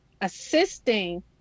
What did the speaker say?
assisting